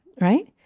right